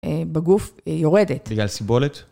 בגוף יורדת. בגלל סיבולת?